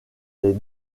les